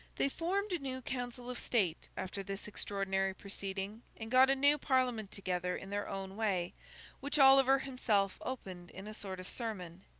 they formed a new council of state after this extraordinary proceeding, and got a new parliament together in their own way which oliver himself opened in a sort of sermon,